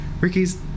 Ricky's